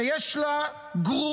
שיש לה גרורות